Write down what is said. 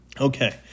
Okay